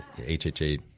HHA